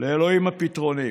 לאלוהים הפתרונים.